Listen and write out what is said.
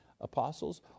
apostles